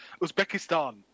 uzbekistan